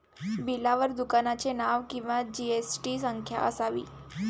बिलावर दुकानाचे नाव किंवा जी.एस.टी संख्या असावी